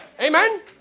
Amen